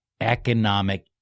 economic